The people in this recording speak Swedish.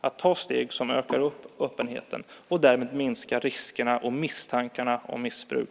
Det skulle öka öppenheten och därmed minska riskerna för och misstankarna om missbruk.